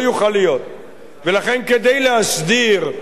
לכן, כדי להסדיר את ההתיישבות